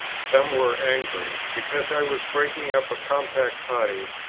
some were angry, because i was breaking up a compact party,